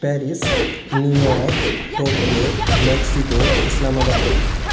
Paris New York Tokyo Mexico اسلام آباد